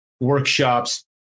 workshops